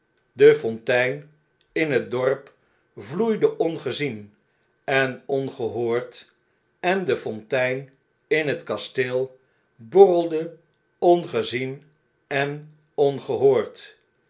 de fontein in het dorp vloeide ongezien en ongehoord en de fontein in het kasteel borrelde ongezien en ongehoord